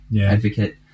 advocate